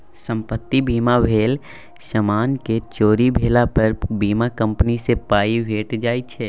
संपत्ति बीमा भेल समानक चोरी भेला पर बीमा कंपनी सँ पाइ भेटि जाइ छै